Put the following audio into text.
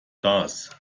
das